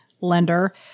lender